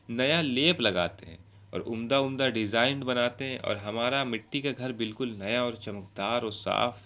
نیا لیپ لگاتے ہیں اور عمدہ عمدہ ڈیزائن بناتے ہیں اور ہمارا مٹی کا گھر بالکل نیا اور چمکدار اور صاف